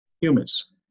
humans